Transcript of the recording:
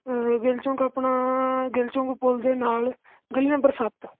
ਗਿੱਲ ਚੌਂਕ ਆਪਣਾ ਗਿੱਲ ਚੌਂਕ ਪੁਲ ਦੇ ਨਾਲ ਗਲੀ ਨੰਬਰ ਸੱਤ